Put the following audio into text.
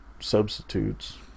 substitutes